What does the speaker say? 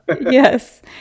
Yes